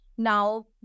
Now